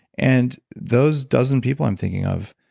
and those dozen people i'm thinking of,